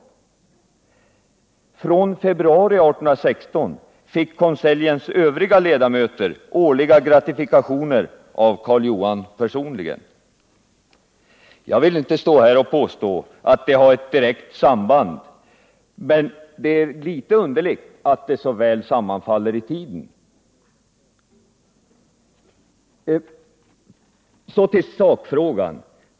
Från februari 1816 fick konseljens övriga ledamöter årliga gratifikationer av Karl Johan personligen. Jag vill inte stå här och påstå att det har ett direkt samband, men det är litet underligt att det så väl sammanfaller i tiden. Så till sakfrågan.